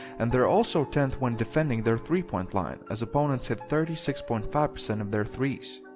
and they're also tenth when defending their three-point line as opponents hit thirty six point five of their threes.